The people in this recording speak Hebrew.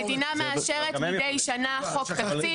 המדינה מאשרת מידי שנה חוק תקציב,